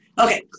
Okay